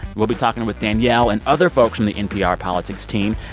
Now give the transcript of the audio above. we'll be talking with danielle and other folks from the npr politics team.